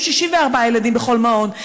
יהיו 64 ילדים בכל מעון.